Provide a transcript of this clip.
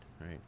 right